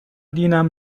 دینم